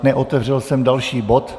Neotevřel jsem další bod.